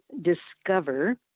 discover